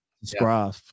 subscribe